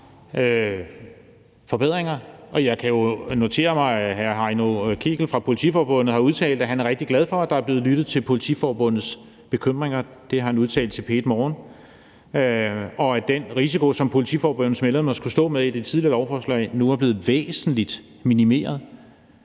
forbedringer. Jeg kan jo notere mig, at hr. Heino Kegel fra Politiforbundet har udtalt, at han er rigtig glad for, at der er blevet lyttet til Politiforbundets bekymringer. Det har han udtalt til P1 Morgen, og også, at den risiko, som Politiforbundets medlemmer skulle stå med på baggrund af det tidligere lovforslag, nu var blevet væsentligt minimeret.